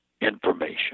information